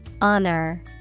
Honor